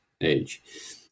age